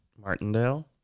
Martindale